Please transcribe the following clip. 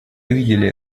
увидели